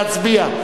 נא להצביע.